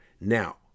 Now